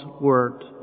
word